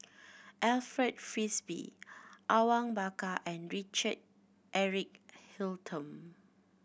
Alfred Frisby Awang Bakar and Richard Eric Holttum